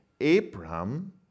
Abraham